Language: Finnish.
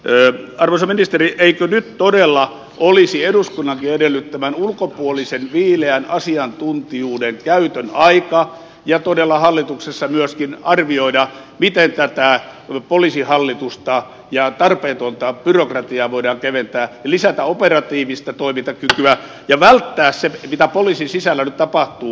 arvoisa ministeri eikö nyt todella olisi eduskunnankin edellyttämän ulkopuolisen viileän asiantuntijuuden käytön aika ja todella hallituksessa myöskin aika arvioida miten tätä poliisihallitusta ja tarpeetonta byrokratiaa voidaan keventää ja lisätä operatiivista toimintakykyä ja välttää se mitä poliisin sisällä nyt tapahtuu